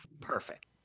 perfect